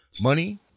money